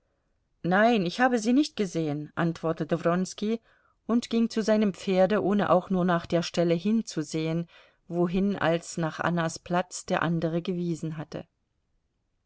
nein ich habe sie nicht gesehen antwortete wronski und ging zu seinem pferde ohne auch nur nach der stelle hinzusehen wohin als nach annas platz der andere gewiesen hatte